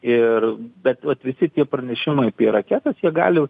ir bet vat visi tie pranešimai apie raketas jie gali